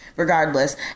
Regardless